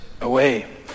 away